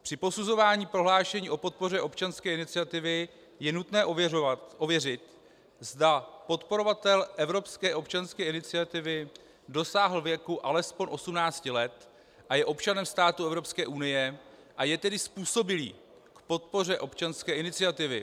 Při posuzování prohlášení o podpoře občanské iniciativy je nutné ověřit, zda podporovatel evropské občanské iniciativy dosáhl věku alespoň 18 let a je občanem státu Evropské unie, a je tedy způsobilý k podpoře občanské iniciativy.